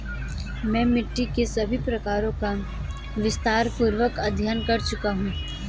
मैं मिट्टी के सभी प्रकारों का विस्तारपूर्वक अध्ययन कर चुका हूं